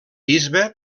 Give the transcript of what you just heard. bisbe